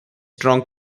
strong